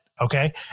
Okay